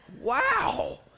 Wow